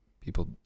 people